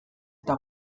eta